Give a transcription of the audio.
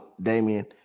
Damien